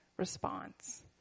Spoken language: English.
response